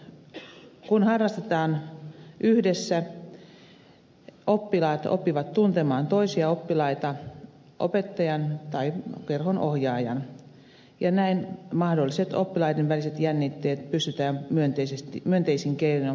kun harrastetaan yhdessä oppilaat oppivat tuntemaan toisia oppilaita opettajan tai kerhonohjaajan ja näin mahdolliset oppilaiden väliset jännitteet pystytään myönteisin keinoin purkamaan